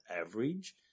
average